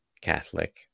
Catholic